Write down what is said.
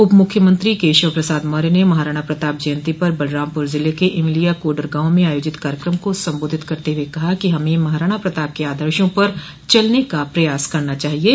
उप मुख्यमंत्री केशव प्रसाद मौर्य ने महाराणा प्रताप जयन्ती पर बलरामपुर जिले के इमिलिया कोडर गांव में आयोजित कार्यक्रम को संबोधित करते हुए कहा कि हमें महाराणा प्रताप के आदर्शो पर चलने का प्रयास करना चाहिये